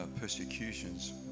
persecutions